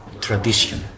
tradition